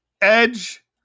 Edge